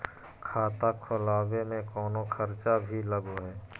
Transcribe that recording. खाता खोलावे में कौनो खर्चा भी लगो है?